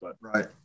Right